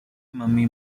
mummy